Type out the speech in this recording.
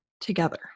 together